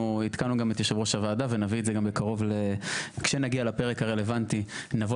אנחנו עדכנו גם את יושב ראש הוועדה וכשנגיע לפרק הרלוונטי נבוא